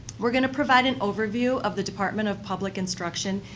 we're going to provide an overview of the department of public instruction,